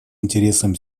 интересам